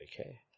Okay